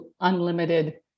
unlimited